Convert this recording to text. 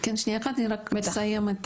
כן, שנייה אחת, אני רק אסיים את